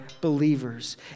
believers